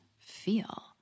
feel